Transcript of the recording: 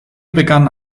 begann